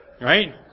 Right